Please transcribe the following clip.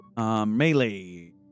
Melee